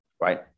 right